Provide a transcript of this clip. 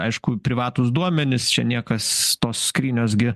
aišku privatūs duomenys čia niekas tos skrynios gi